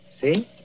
See